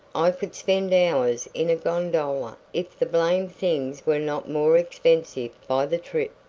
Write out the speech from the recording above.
i could spend hours in a gondola if the blamed things were not more expensive by the trip.